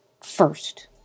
First